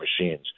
machines